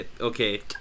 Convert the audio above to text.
okay